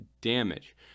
damage